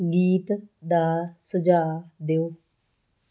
ਗੀਤ ਦਾ ਸੁਝਾਅ ਦਿਓ